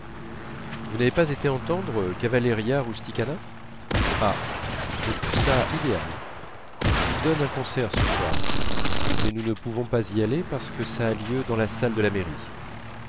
vous n'avez pas été entendre cavalleria rusticana ah je trouve ça idéal il donne un concert ce soir mais nous ne pouvons pas y aller parce que ça a lieu dans la salle de la mairie